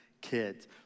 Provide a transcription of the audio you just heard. kids